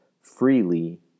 freely